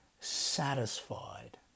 satisfied